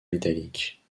métallique